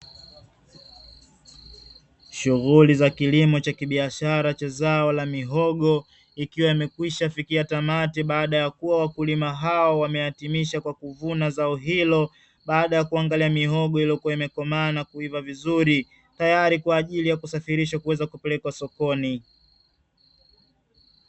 Shughuli za kilimo cha biashara cha zao la mihogo, ikiwa imekwisha fikia tamati baada ya kuwa wakulima hao wamehitimisha kwa kuvuna zao hilo. Baada yakuangalia mihogo ikiyokuwa imekomaa na kuiva vizuri teyari kwa kusafirishwa kupelekwa sokoni.